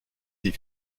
des